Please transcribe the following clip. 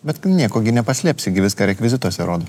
bet nieko gi nepaslėpsi gi viską rekvizituose rodo